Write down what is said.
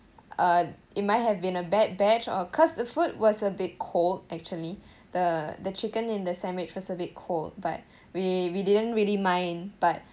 uh it might have been a bad batch or cause the food was a bit cold actually the the chicken in the sandwich was a bit cold but we we didn't really mind but